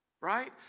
right